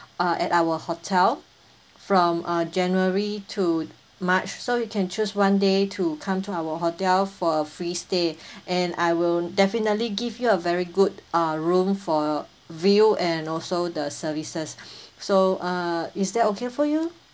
from uh january to march so you can choose one day to come to our hotel for a free stay and I will definitely give you a very good uh room for view and also the services so uh is that okay for you